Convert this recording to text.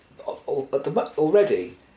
already